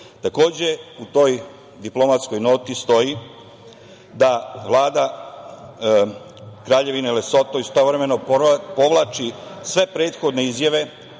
u toj diplomatskoj noti stoji da Vlada Kraljevine Lesoto istovremeno povlači sve prethodne izjave